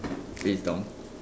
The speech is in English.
face down